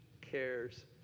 cares